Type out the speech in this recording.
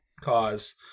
cause